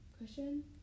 cushion